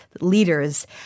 leaders